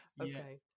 Okay